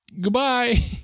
Goodbye